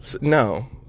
No